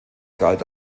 galt